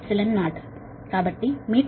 కాబట్టి మీటరుకు 2 8